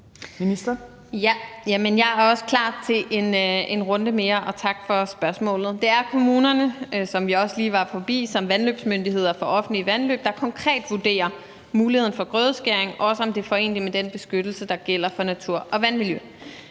Jeg er også klar til en runde mere, og tak for spørgsmålet. Det er kommunerne, som vi også lige var forbi, der som vandløbsmyndighed for offentlige vandløb konkret vurderer muligheden for grødeskæring, og om det er foreneligt med den beskyttelse, der gælder for natur og vandmiljø.